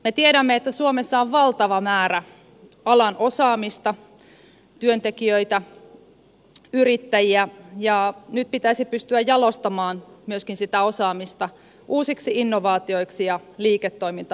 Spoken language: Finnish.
me tiedämme että suomessa on valtava määrä alan osaamista työntekijöitä yrittäjiä ja nyt pitäisi pystyä jalostamaan myöskin sitä osaamista uusiksi innovaatioiksi ja liiketoimintamenestyksiksi